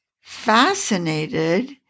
fascinated